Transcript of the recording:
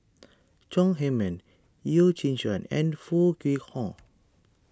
Chong Heman Yeo Shih Yun and Foo Kwee Horng